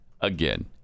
again